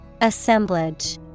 Assemblage